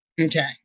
Okay